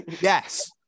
Yes